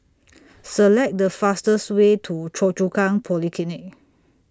Select The fastest Way to Choa Chu Kang Polyclinic